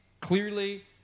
clearly